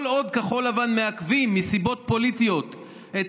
כל עוד כחול לבן מעכבים מסיבות פוליטיות את